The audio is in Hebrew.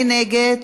מי נגד?